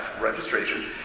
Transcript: registration